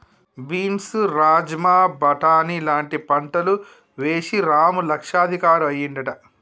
beans rajma బాటని లాంటి పంటలు వేశి రాము లక్షాధికారి అయ్యిండట